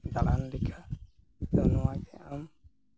ᱫᱟᱬᱟᱱ ᱞᱮᱠᱟ ᱱᱚᱣᱟᱜᱮ ᱟᱢ